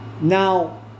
Now